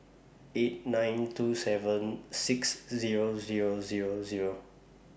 eight nine two seven six Zero Zero Zero